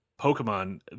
Pokemon